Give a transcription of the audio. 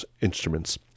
instruments